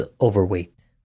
overweight